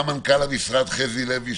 גם מנכ"ל המשרד חזי לוי,